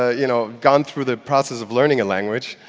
you know, gone through the process of learning a language.